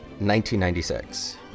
1996